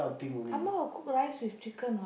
will cook rice with chicken what